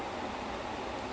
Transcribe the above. ya I watch the entire movie